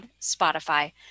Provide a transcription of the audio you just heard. Spotify